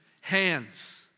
hands